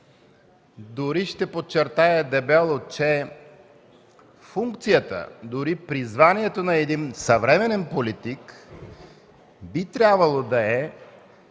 Дори ще подчертая дебело, че функцията, призванието на съвременния политик би трябвало да е